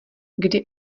kdy